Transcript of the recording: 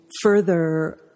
further